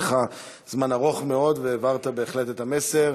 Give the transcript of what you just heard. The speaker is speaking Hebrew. היה לך זמן ארוך מאוד והעברת בהחלט את המסר.